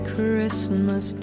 Christmas